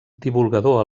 divulgador